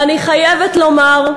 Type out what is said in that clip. ואני חייבת לומר,